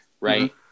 right